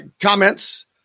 comments